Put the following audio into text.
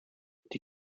die